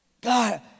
God